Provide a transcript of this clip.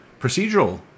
procedural